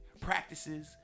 practices